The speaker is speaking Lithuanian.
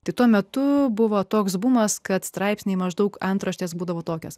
tik tuo metu buvo toks bumas kad straipsniai maždaug antraštės būdavo tokios